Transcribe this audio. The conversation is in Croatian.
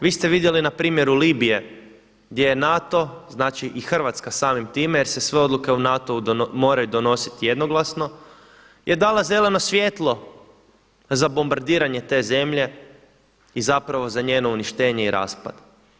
Vi ste vidjeli na primjeru Libije gdje NATO, znači i Hrvatska samim time, jer se sve odluke u NATO-u moraju donositi jednoglasno, je dala zeleno svjetlo za bombardiranje te zemlje i zapravo za njeno uništenje i raspad.